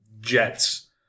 jets